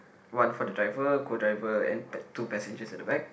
one for the driver co driver and t~ two passengers at the back